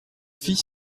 fit